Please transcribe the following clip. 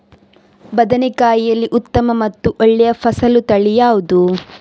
ಬದನೆಕಾಯಿಯಲ್ಲಿ ಉತ್ತಮ ಮತ್ತು ಒಳ್ಳೆಯ ಫಸಲು ತಳಿ ಯಾವ್ದು?